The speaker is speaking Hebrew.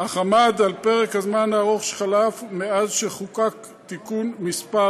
אך עמד על פרק הזמן הארוך שחלף מאז חוקק תיקון מס'